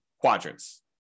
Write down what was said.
quadrants